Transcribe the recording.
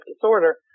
disorder